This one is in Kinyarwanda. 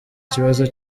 ikibazo